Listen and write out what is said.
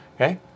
Okay